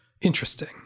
interesting